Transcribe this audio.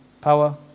Power